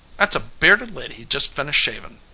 at's a bearded lady he just finished shavin.